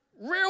real